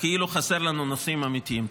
כאילו חסרים לנו נושאים אמיתיים.